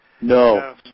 no